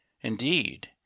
Indeed